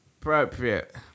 Appropriate